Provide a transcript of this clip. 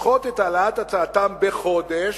לדחות את העלאת הצעתם בחודש,